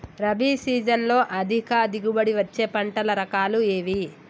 రబీ సీజన్లో అధిక దిగుబడి వచ్చే పంటల రకాలు ఏవి?